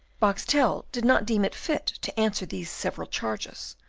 boxtel did not deem it fit to answer these several charges,